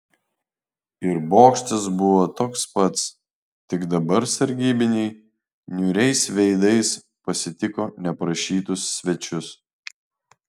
ir bokštas buvo toks pats tik dabar sargybiniai niūriais veidais pasitiko neprašytus svečius